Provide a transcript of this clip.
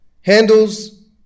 handles